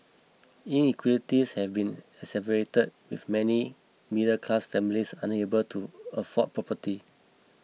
inequalities have been exacerbated with many middle class families unable to afford property